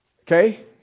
Okay